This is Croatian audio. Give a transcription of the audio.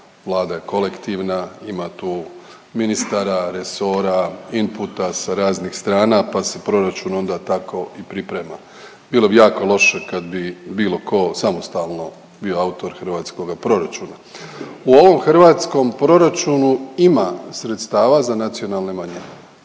Vlada je kolektivna, ima tu ministara, resora, inputa sa raznih strana, pa se proračun onda tako i priprema. Bilo bi jako loše kad bi bilo ko samostalno bio autor hrvatskoga proračuna. U ovom hrvatskom proračunu ima sredstava za nacionalne manjine